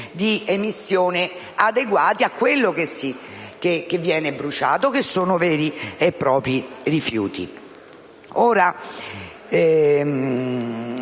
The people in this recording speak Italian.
di emissione adeguati a quello che viene bruciato, cioè veri e propri rifiuti.